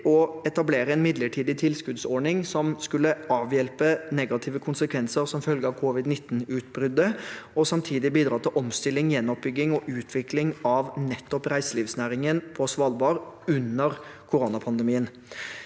å etablere en midlertidig tilskuddsordning som skulle avhjelpe negative konsekvenser som følge av covid-19-utbruddet, og samtidig bidra til omstilling, gjenoppbygging og utvikling av nettopp reiselivsnæringen på Svalbard under koronapandemien.